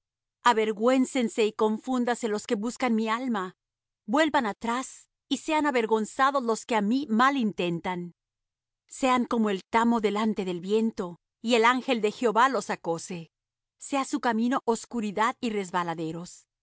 salud avergüéncense y confúndanse los que buscan mi alma vuelvan atrás y sean avergonzados los que mi mal intentan sean como el tamo delante del viento y el ángel de jehová los acose sea su camino oscuridad y resbaladeros